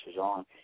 on